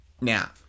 Now